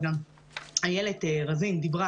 וגם איילת רזין דיברה